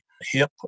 hip